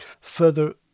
Further